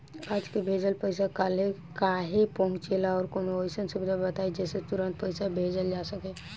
आज के भेजल पैसा कालहे काहे पहुचेला और कौनों अइसन सुविधा बताई जेसे तुरंते पैसा भेजल जा सके?